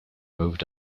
moved